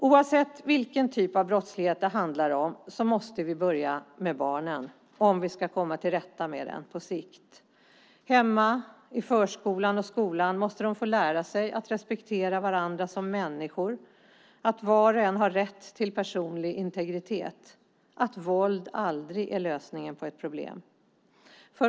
Oavsett vilken typ av brottslighet det handlar om måste vi börja med barnen om vi ska komma till rätta med den på sikt. Hemma, i förskolan och i skolan måste de få lära sig att respektera varandra som människor, att var och en har rätt till personlig integritet och att våld aldrig är lösningen på ett problem.